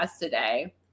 today